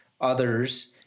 others